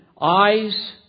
eyes